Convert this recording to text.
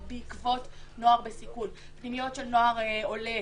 בעקבות נוער בסיכון פנימיות של נוער עולה,